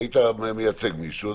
והיית מייצג מישהו,